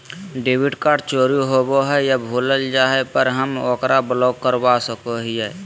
debit card चोरी होवे या भुला जाय पर हम ओकरा ब्लॉक करवा सको हियै